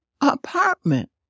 apartment